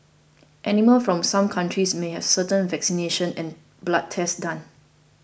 animals from some countries may have certain vaccinations and blood tests done